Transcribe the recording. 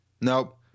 Nope